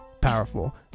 powerful